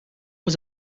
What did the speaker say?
was